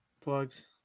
plugs